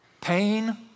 Pain